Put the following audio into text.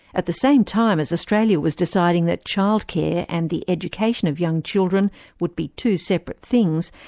at the same time as australia was deciding that childcare and the education of young children would be two separate things,